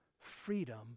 Freedom